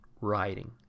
writing